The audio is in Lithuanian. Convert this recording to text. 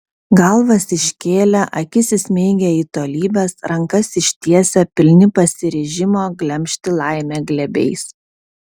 galvas iškėlę akis įsmeigę į tolybes rankas ištiesę pilni pasiryžimo glemžti laimę glėbiais